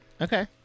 Okay